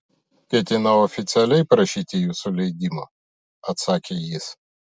ketinau oficialiai prašyti jūsų leidimo atsakė jis